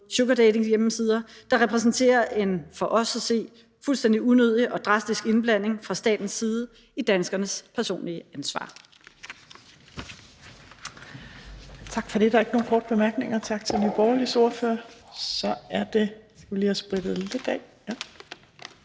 sugardatinghjemmesider, der repræsenterer en for os at se fuldstændig unødig og drastisk indblanding fra statens side i noget, der er danskernes personlige ansvar.